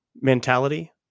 mentality